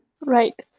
Right